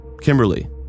Kimberly